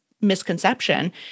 misconception